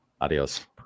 Adios